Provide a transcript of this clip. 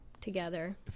together